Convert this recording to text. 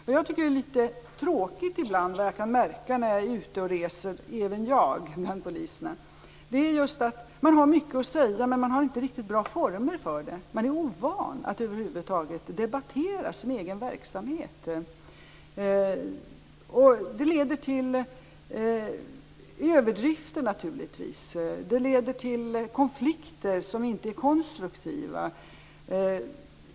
Vad som är litet tråkigt när jag är ute och reser och träffar poliser är att de har mycket att säga, men att de inte har riktigt bra former för det. Man är ovan att över huvud taget debattera sin egen verksamhet. Det leder till överdrifter och till konflikter som inte är konstruktiva.